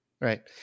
Right